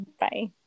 Bye